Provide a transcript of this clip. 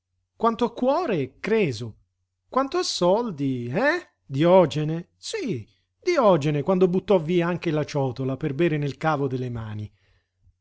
a cuore creso quanto a soldi eh diogene sí diogene quando buttò via anche la ciotola per bere nel cavo delle mani